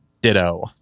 Ditto